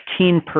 15